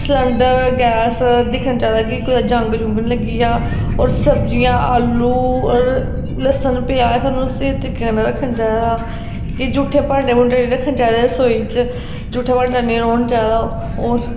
cylinder gas दिक्खना चाहिदा कि किते जंग जुंग नी लग्गी जा होर सब्जियां आलू लस्सन प्याज सानू स्हेई तरीके कन्नै रक्खना चाहिदा फ्ही जूठे भांडे भूंडे नी रक्खने चाहिदे रसोई च जूठे भांडे नेईं रौह्ने चाहिदे